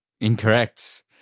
Incorrect